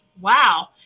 wow